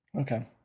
Okay